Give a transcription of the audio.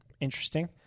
Interesting